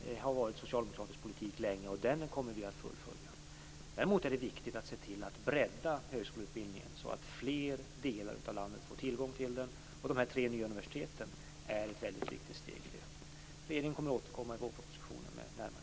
Det har varit socialdemokratisk politik länge, och den politiken kommer vi att fullfölja. Däremot är det viktigt att se till att bredda högskoleutbildningen så att fler delar av landet får tillgång till den. De här tre nya universiteten är ett väldigt viktigt steg i detta. Regeringen kommer att återkomma med närmare förslag i vårpropositionen.